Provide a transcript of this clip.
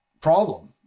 problem